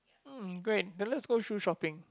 mm great then let's go shoes shopping